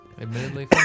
admittedly